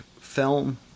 film